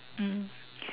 mm